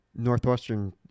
Northwestern